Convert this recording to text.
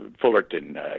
Fullerton